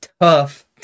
tough